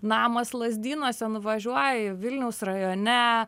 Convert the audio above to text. namas lazdynuose nuvažiuoji vilniaus rajone